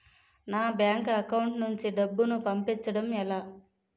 నా bank account నుంచి డబ్బును పంపించడం ఎలా?